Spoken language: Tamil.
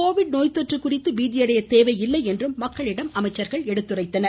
கோவிட் நோய்த்தொற்று குறித்து பீதியடைய தேவையில்லை என்றும் மக்களிடம் எடுத்துரைத்தனர்